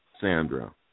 Sandra